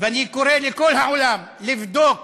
ואני קורא לכל העולם לבדוק